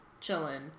chilling